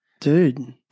dude